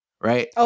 right